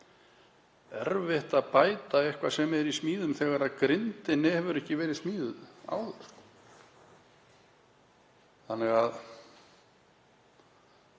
erfitt að bæta eitthvað sem er í smíðum þegar grindin hefur ekki verið smíðuð áður. Sú